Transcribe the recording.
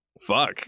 Fuck